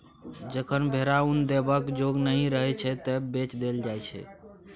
जखन भेरा उन देबाक जोग नहि रहय छै तए बेच देल जाइ छै